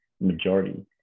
Majority